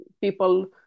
people